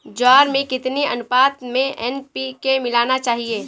ज्वार में कितनी अनुपात में एन.पी.के मिलाना चाहिए?